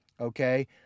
okay